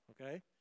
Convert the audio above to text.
okay